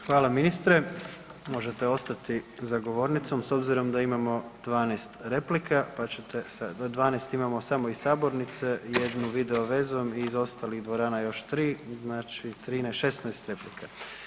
Hvala ministre, možete ostati za govornicom s obzirom da imamo 12 replika, pa ćete, 12 imamo samo iz sabornice, jednu video vezom, iz ostalih dvorana još 3, znači 13, 16 replika.